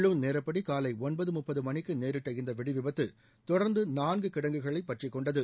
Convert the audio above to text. உள்ளுர் நேரப்படி காலை ஒன்பது முப்பது மணிக்கு நேரிட்ட இந்த வெடிவிபத்து தொடர்ந்து நான்கு கிடங்குகளை பற்றிக்கொண்டது